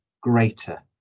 greater